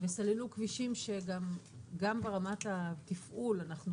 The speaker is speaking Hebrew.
וסללו כבישים שגם ברמת התפעול אנחנו